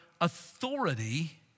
authority